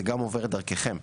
זה גם עובר דרככם.